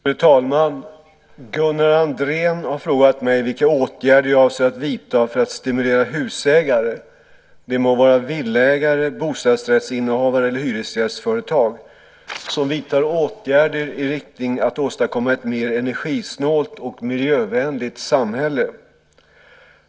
Fru talman! Gunnar Andrén har frågat mig vilka åtgärder jag avser att vidta för att stimulera husägare - det må vara villaägare, bostadsrättsinnehavare eller hyresgästföretag - som vidtar åtgärder i riktning att åstadkomma ett mer energisnålt och miljövänligt samhälle.